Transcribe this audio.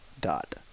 dot